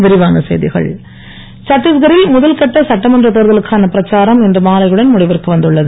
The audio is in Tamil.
சட்டீஸ்கர் சட்டீஸ்கரில் முதல் கட்ட சட்டமன்ற தேர்தலுக்கான பிரச்சாரம் இன்று மாலையுடன் முடிவிற்கு வந்துள்ளது